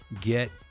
get